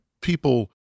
people